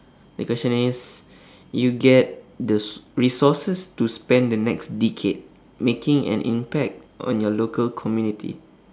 the question is you get the s~ resources to spend the next decade making an impact on your local community